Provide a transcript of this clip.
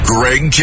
Greg